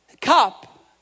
cup